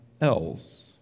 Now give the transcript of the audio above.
else